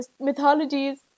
mythologies